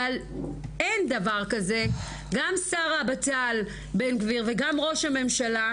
אבל אין דבר כזה גם שר הבט"ל בן גביר וגם ראש הממשלה,